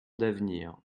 d’avenir